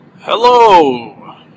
Hello